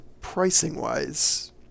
pricing-wise